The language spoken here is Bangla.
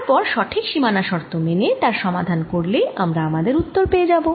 তারপর সঠিক সীমানা শর্ত মেনে তার সমাধান করলেই আমরা আমাদের উত্তর পেয়ে যাবো